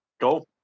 Go